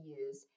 use